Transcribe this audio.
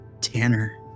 Tanner